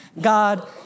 God